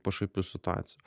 pašaipių situacij